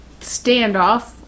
standoff